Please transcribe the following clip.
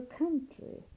country